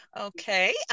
Okay